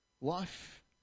Life